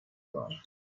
boy